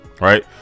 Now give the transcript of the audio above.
Right